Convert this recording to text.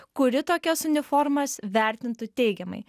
kuri tokias uniformas vertintų teigiamai